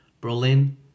Berlin